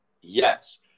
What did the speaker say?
Yes